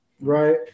right